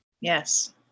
Yes